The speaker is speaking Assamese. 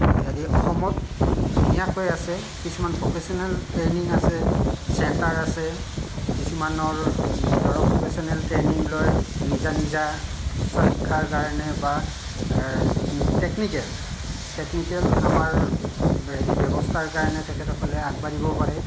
হেৰি অসমত ধুনীয়াকৈ আছে কিছুমান প্ৰফেচনেল ট্ৰেইনিং আছে চেণ্টাৰ আছে কিছুমানৰ ধৰক প্ৰফেচনেল ট্ৰেইনিং লৈ নিজা নিজা উচ্চশিক্ষাৰ কাৰণে বা যিখিনি টেকনিকেল টেকনিকেল আমাৰ হেৰি ব্যৱস্থাৰ কাৰণে তেখেতসকলে আগবাঢ়িব পাৰে